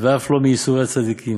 ואף לא מייסורי צדיקים.